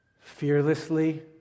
fearlessly